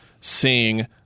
seeing